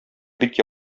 бик